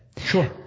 Sure